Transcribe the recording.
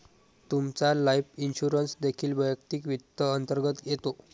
तुमचा life insurance देखील वैयक्तिक वित्त अंतर्गत येतो